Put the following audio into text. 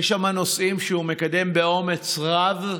יש שם נושאים שהוא מקדם באומץ רב.